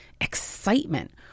excitement